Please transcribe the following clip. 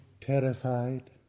terrified